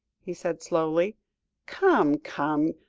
he said slowly come, come,